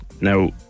now